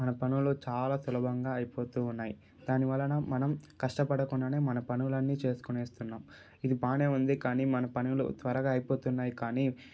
మన పనులు చాలా సులభంగా అయిపోతు ఉన్నాయి దాని వలన మనం కష్టపడకుండానే మన పనులన్నీ చేసుకునేస్తున్నాం ఇది బాగానే ఉంది కానీ మన పనులు త్వరగా అయిపోతున్నాయి కానీ